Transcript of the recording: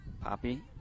Poppy